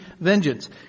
vengeance